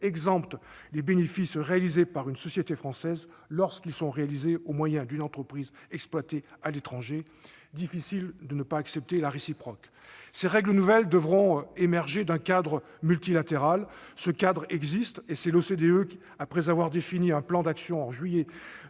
exempte les bénéfices réalisés par une société française lorsqu'ils le sont au moyen d'une entreprise exploitée à l'étranger, il est difficile de ne pas accepter la réciproque. Ces règles nouvelles devront émerger d'un cadre multilatéral. Celui-ci existe : c'est l'OCDE, laquelle, après avoir défini un plan d'action en juillet 2013